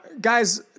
guys